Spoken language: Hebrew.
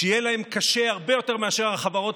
שיהיה להם קשה הרבה יותר מאשר החברות